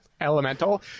Elemental